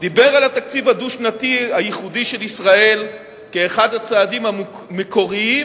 דיבר על התקציב הדו-שנתי הייחודי של ישראל כאחד הצעדים המקוריים,